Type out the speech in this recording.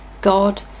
God